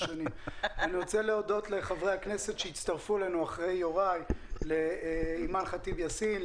אני רוצה להודות לחברי הכנסת שהצטרפו אלינו לאימאן ח'טיב יאסין,